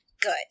good